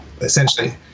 essentially